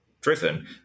driven